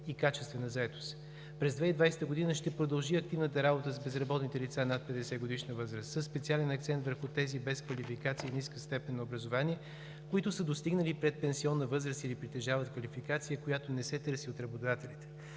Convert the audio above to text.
и качествена заетост. През 2020 г. ще продължи активната работа с безработните лица над 50-годишна възраст със специален акцент върху тези без квалификация и ниска степен на образование, които са достигнали предпенсионна възраст или притежават квалификация, която не се търси от работодателите.